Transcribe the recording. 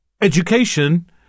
Education